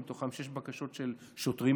מתוכן שש בקשות של שוטרים,